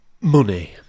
Money